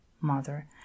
mother